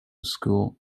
school